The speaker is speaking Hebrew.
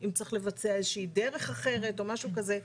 אם צריך לבצע איזו שהיא דרך אחרת או משהו כזה,